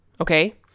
okay